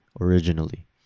originally